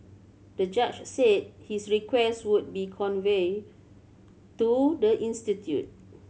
the judge said his request would be conveyed to the institute